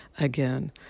again